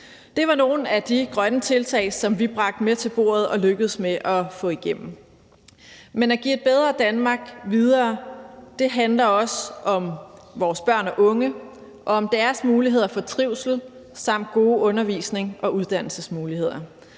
Det var nogle af de grønne tiltag, som vi bragte med til bordet og lykkedes med at få igennem. Men at give et bedre Danmark videre handler også om vores børn og unge og om deres muligheder for trivsel samt gode undervisnings- og uddannelsesmuligheder.